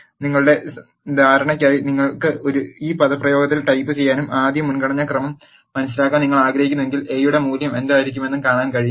നിങ്ങളുടെ ധാരണയ് ക്കായി നിങ്ങൾക്ക് ഈ പദപ്രയോഗത്തിൽ ടൈപ്പുചെയ്യാനും ആദ്യം മുൻ ഗണനാ ക്രമം മനസിലാക്കാൻ നിങ്ങൾ ആഗ്രഹിക്കുന്നുവെങ്കിൽ A യുടെ മൂല്യം എന്തായിരിക്കുമെന്ന് കാണാനും കഴിയും